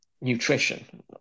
nutrition